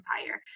Empire